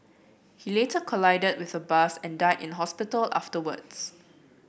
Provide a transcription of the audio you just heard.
he later collided with a bus and died in the hospital afterwards